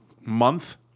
month